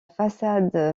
façade